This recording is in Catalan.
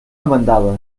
demandada